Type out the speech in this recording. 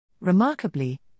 Remarkably